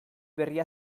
berria